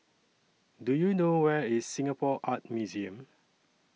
Do YOU know Where IS Singapore Art Museum